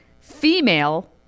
female